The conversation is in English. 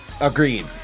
Agreed